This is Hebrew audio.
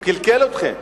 הוא קלקל אתכם.